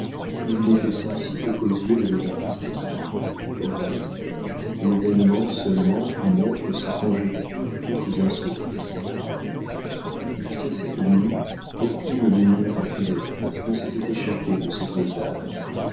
il n'était sensible qu'aux yeux de la victime au reste l'événement seulement fit naître ces conjectures toutes insolubles jusqu'à cette nuit aucune lumière accusatrice ne s'était échappée de ces deux âmes